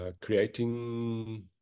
creating